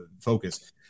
focus